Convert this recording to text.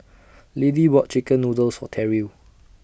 Liddie bought Chicken Noodles For Terrill